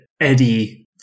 Eddie